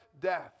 death